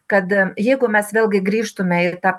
kad jeigu mes vėlgi grįžtume į tą